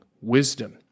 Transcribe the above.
wisdom